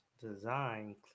design